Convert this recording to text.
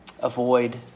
Avoid